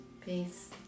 Peace